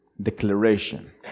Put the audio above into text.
declaration